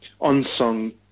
unsung